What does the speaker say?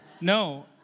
No